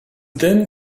then